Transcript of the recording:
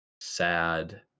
sad